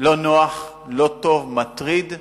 לא נוח, לא טוב, מטריד.